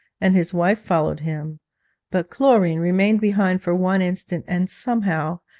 and his wife followed him but chlorine remained behind for one instant, and somehow,